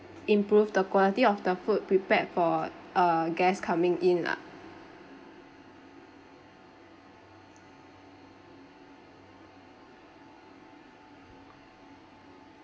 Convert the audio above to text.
improve the quality of the food prepared for uh guest coming in lah